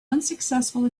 unsuccessful